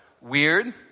Weird